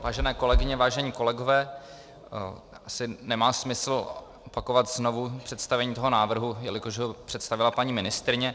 Vážené kolegyně, vážení kolegové, asi nemá smysl opakovat znovu představení toho návrhu, jelikož ho představila paní ministryně.